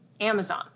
Amazon